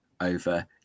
over